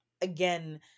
again